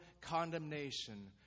condemnation